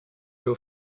your